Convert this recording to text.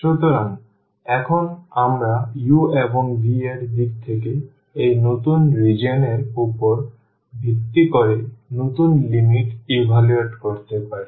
সুতরাং এখন আমরা u এবং v এর দিক থেকে এই নতুন রিজিওন এর উপর ভিত্তি করে নতুন লিমিট ইভালুয়েট করতে পারি